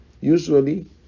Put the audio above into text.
usually